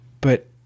But